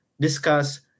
discuss